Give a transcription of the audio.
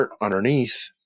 underneath